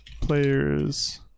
players